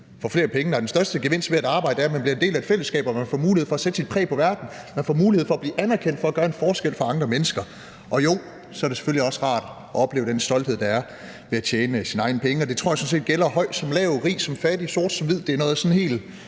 får flere penge. Nej, den største gevinst ved at arbejde er, at man bliver en del af et fællesskab, man får mulighed for at sætte sit præg på verden, og man får mulighed for at blive anerkendt for at gøre en forskel for andre mennesker. Og jo, så er det selvfølgelig også rart at opleve den stolthed, det er at tjene sine egne penge. Det tror jeg sådan set gælder høj som lav, rig som fattig, sort som hvid. Det er noget sådan helt